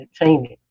entertainment